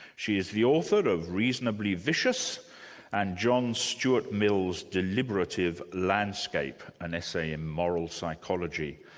she is the author of reasonably vicious and john stewart mill's deliberative landscape an essay in moral psychology.